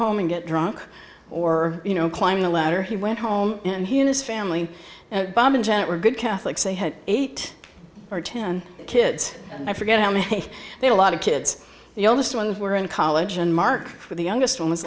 home and get drunk or you know climbing a ladder he went home and he and his family bob and janet were good catholics they had eight or ten kids and i forget how many there a lot of kids the oldest ones were in college and mark the youngest one was